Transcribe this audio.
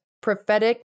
prophetic